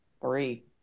three